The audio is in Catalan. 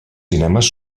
cinemes